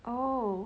oh